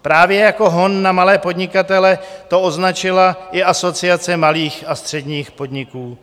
Právě jako hon na malé podnikatele to označila i Asociace malých a středních podniků.